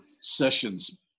sessions